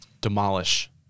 Demolish